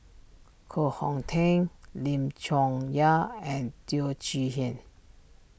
Koh Hong Teng Lim Chong Yah and Teo Chee Hean